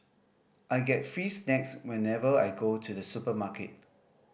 I get free snacks whenever I go to the supermarket